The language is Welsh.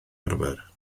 arfer